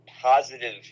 positive